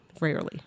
Rarely